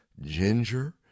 ginger